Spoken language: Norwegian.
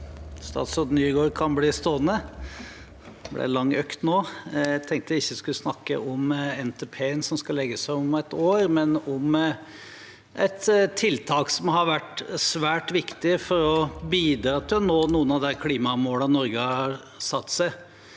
Statsråd Nygård kan bli stående. Det blir en lang økt nå. Jeg tenkte jeg ikke skulle snakke om NTP-en som skal legges fram om et år, men om et tiltak som har vært svært viktig for å bidra til å nå noen av de klimamålene Norge har satt seg,